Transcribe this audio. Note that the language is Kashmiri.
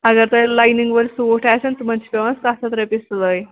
اَگر تۄہہِ لایِنِنٛگ وٲلۍ سوٗٹ آسَن تِمن چھِ پٮ۪وان سَتھ ہَتھ رۄپیہِ سِلٲے